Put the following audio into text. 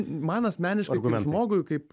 man asmeniškai kaip žmogui kaip